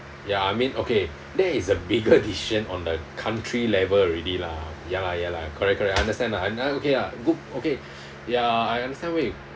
ya I mean okay that is a bigger decision on the country level already lah ya lah ya lah correct correct I understand lah another okay ya good okay ya I understand why you